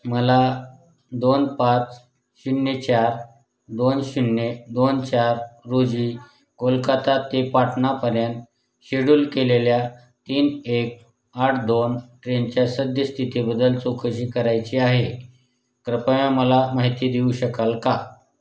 मला दोन पाच शून्य चार दोन शून्य दोन चार रोजी कोलकाता ते पाटणापर्यंत शेडूल केलेल्या तीन एक आठ दोन ट्रेनच्या सद्यस्थितीबदल चौकशी करायची आहे कृपया मला माहिती देऊ शकाल का